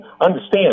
understand